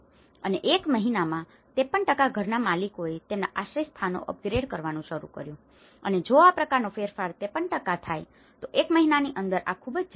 અને એક મહિનામાં 53 ઘરના માલિકોએ તેમના આશ્રયસ્થાનોને અપગ્રેડ કરવાનું શરૂ કર્યું છે અને જો આ પ્રકારનો ફેરફાર 53 થાય તો એક મહિનાની અંદર આ ખૂબ જ ઝડપી છે